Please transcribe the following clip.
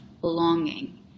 belonging